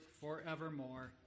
forevermore